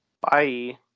Bye